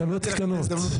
(היו"ר אופיר כץ)